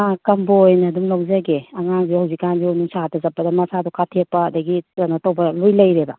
ꯑꯥ ꯀꯝꯕꯣ ꯑꯣꯏꯅ ꯑꯗꯨꯝ ꯂꯧꯖꯒꯦ ꯑꯉꯥꯡꯁꯨ ꯍꯧꯖꯤꯛꯀꯥꯟꯁꯦ ꯅꯨꯡꯁꯥꯗ ꯆꯠꯄꯗ ꯃꯁꯥꯗꯨ ꯀꯥꯊꯦꯛꯄ ꯑꯗꯒꯤ ꯀꯩꯅꯣ ꯇꯧꯕ ꯂꯣꯏ ꯂꯩꯔꯦꯕ